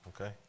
okay